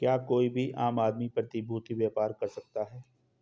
क्या कोई भी आम आदमी प्रतिभूती व्यापार कर सकता है?